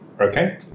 Okay